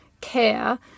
care